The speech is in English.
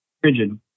frigid